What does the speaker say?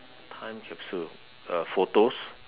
time capsule uh photos